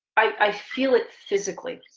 i feel it physically.